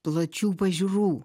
plačių pažiūrų